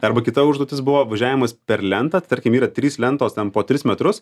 arba kita užduotis buvo važiavimas per lentą tarkim yra trys lentos ten po tris metrus